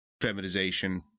feminization